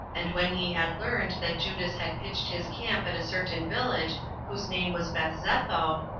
and when he had learned that judas had pitched his camp at a certain village whose name was bethzetho,